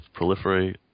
proliferate